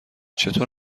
چطور